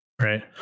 Right